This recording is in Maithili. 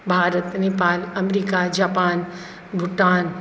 Bharat Nepal America Japan Bhutan